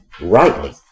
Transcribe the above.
rightly